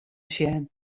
sjen